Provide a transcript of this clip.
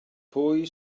pwy